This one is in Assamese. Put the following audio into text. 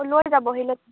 লৈ যাবহি লৈ